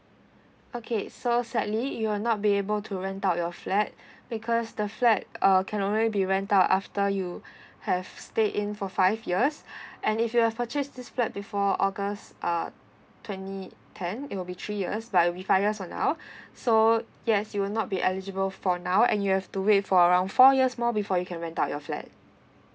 okay so sadly you will not be able to rent out your flat because the flat uh can only be rent out after you have stay in for five years and if you have purchase this flat before august uh twenty ten it will be three years but we five years from now yes you will not be eligible for now and you have to wait for around our years more before you can rent out your flat